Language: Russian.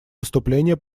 выступления